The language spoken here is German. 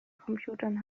computern